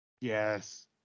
Yes